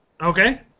Okay